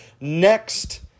next